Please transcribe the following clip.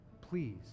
please